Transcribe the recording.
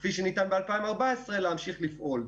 כפי שניתן ב-2014, להמשיך לפעול.